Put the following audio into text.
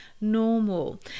normal